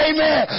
Amen